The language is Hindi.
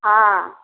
हाँ